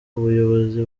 ubuyobozi